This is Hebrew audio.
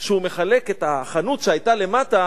יום אחד שהוא מחלק את החנות שהיתה למטה,